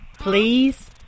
Please